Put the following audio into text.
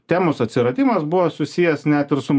temos atsiradimas buvo susijęs net ir su